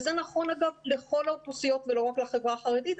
וזה נכון אגב לכל האוכלוסיות ולא רק לחברה החרדית.